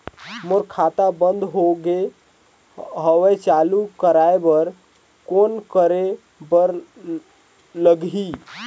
मोर खाता बंद हो गे हवय चालू कराय बर कौन करे बर लगही?